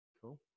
Cool